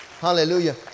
Hallelujah